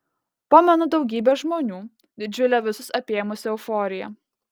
pamenu daugybę žmonių didžiulę visus apėmusią euforiją